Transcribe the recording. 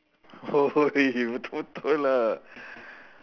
!oi! betul-betul lah